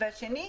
דבר שני,